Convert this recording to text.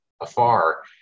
afar